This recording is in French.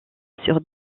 sur